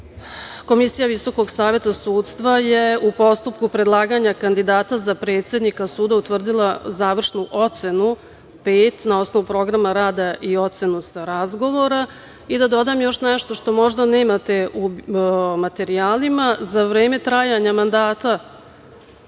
Visokog saveta sudstva je u postupku predlaganja kandidata za predsednika suda utvrdila završnu ocenu pet, na osnovu programa rada i ocenu sa razgovora.I, da dodam još nešto što možda nemate u materijalima. Za vreme trajanja mandata